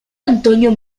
antonio